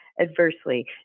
adversely